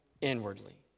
inwardly